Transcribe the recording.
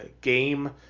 game